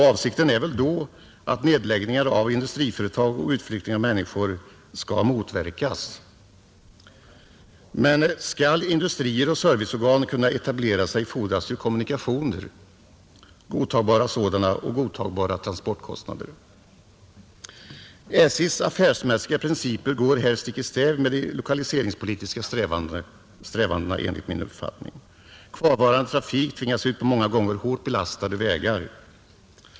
Avsikten därmed är väl att nedläggningar av industriföretag och utflyttningen av människor skall motverkas, Men skall industrier och serviceorgan kunna etablera sig fordras godtagbara kommunikationer och godtagbara transportkostnader. SJ:s affärsmässiga principer går enligt min mening stick i stäv mot de lokaliseringspolitiska strävandena. Kvarvarande trafik tvingas ut på många gånger hårt belastade vägar.